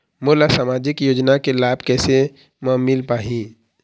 मोला सामाजिक योजना के लाभ कैसे म मिल पाही?